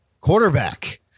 quarterback